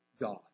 God